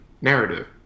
narrative